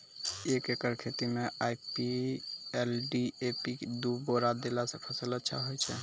एक एकरऽ खेती मे आई.पी.एल डी.ए.पी दु बोरा देला से फ़सल अच्छा होय छै?